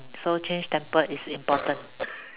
mm so change temper is important